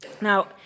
Now